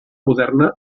moderna